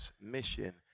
mission